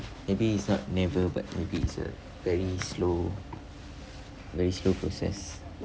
maybe it's not never but maybe it's a very slow very slow process